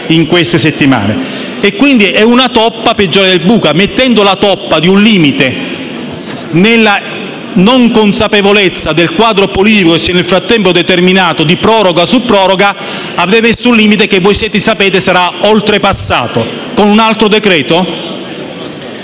in queste settimane. Pertanto, la toppa è peggiore del buco: mettendo la toppa di un limite, nell'incertezza del quadro politico che si sarà nel frattempo determinato, di proroga su proroga, avete posto un limite che voi stessi sapete sarà superato; con un altro decreto?